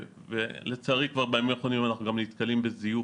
לצערי בימים האחרונים אנחנו גם נתקלים בזיוף